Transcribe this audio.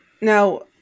Now